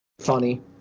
funny